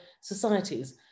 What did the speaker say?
societies